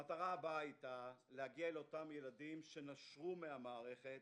המטרה הבאה היתה להגיע לאותם ילדים שנשרו מהמערכת,